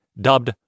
dubbed